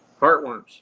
heartworms